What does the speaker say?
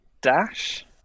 dash